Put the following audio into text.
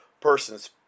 person's